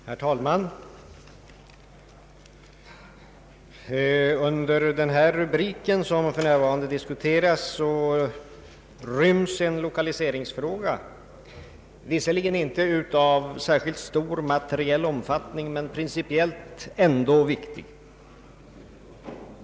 Herr talman! Under den rubrik som vi för närvarande diskuterar ryms en lokaliseringsfråga, visserligen inte av särskilt stor materiell omfattning men ändå principiellt viktig.